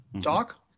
Doc